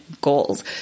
goals